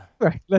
Right